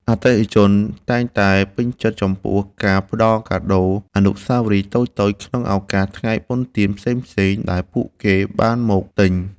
អតិថិជនតែងតែពេញចិត្តចំពោះការផ្តល់កាដូអនុស្សាវរីយ៍តូចៗក្នុងឱកាសថ្ងៃបុណ្យទានផ្សេងៗដែលពួកគេបានមកទិញ។